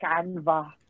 Canva